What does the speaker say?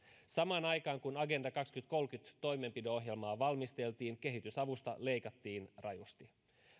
samaan aikaan kun agenda kaksituhattakolmekymmentä toimenpideohjelmaa valmisteltiin kehitysavusta leikattiin rajusti